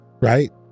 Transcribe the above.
Right